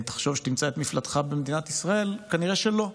אם תחשוב שתמצא את מפלטך במדינת ישראל, נראה שלא,